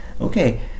okay